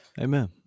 amen